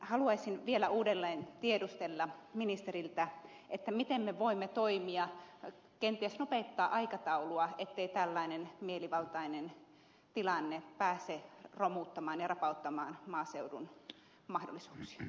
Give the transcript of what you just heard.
haluaisin vielä uudelleen tiedustella ministeriltä miten me voimme toimia kenties nopeuttaa aikataulua ettei tällainen mielivaltainen tilanne pääse romuttamaan ja rapauttamaan maaseudun mahdollisuuksia